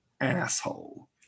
asshole